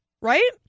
Right